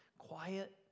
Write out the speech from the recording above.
Quiet